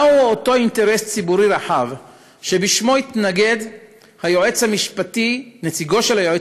מהו אותו אינטרס ציבורי רחב שבשמו התנגד נציגו של היועץ